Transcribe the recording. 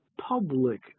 public